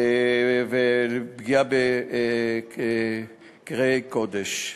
ופגיעה בכתבי קודש.